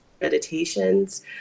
meditations